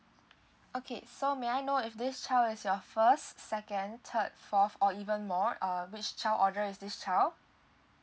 okay so may I know if this child is your first second third fourth or even more uh which child order is this child